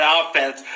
offense